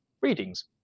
readings